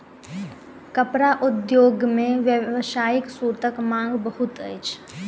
कपड़ा उद्योग मे व्यावसायिक सूतक मांग बहुत अछि